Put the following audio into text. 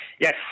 Yes